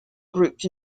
grouped